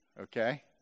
Okay